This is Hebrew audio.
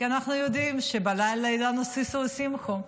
כי אנחנו יודעים שבלילה יהיה לנו שישו ושמחו,